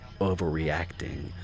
overreacting